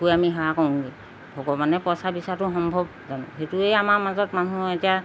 গৈ আমি সেৱা কৰোঁগৈ ভগৱানে পইচা বিচৰাটো সম্ভৱ জানো সেইটোৱেই আমাৰ মাজত মানুহ এতিয়া